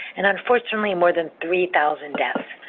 and unfortunately more than three thousand deaths.